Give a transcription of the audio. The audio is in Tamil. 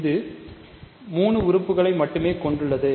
இது 3 உறுப்புகளை மட்டுமே கொண்டுள்ளது